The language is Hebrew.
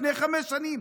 לפני חמש שנים,